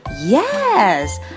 Yes